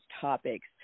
topics